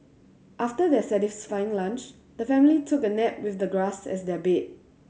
after their satisfying lunch the family took a nap with the grass as their bed